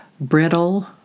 brittle